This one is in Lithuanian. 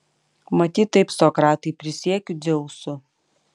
matyt taip sokratai prisiekiu dzeusu